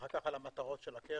ואחר כך על המטרות של הקרן.